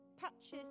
patches